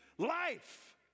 Life